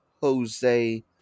Jose